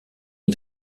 est